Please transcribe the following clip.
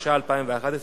התשע"א 2011,